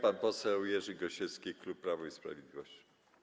Pan poseł Jerzy Gosiewski, klub Prawo i Sprawiedliwość.